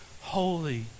holy